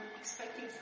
expecting